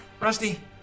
Rusty